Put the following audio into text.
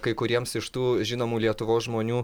kai kuriems iš tų žinomų lietuvos žmonių